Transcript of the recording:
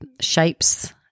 shapes